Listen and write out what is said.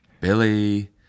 Billy